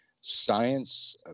science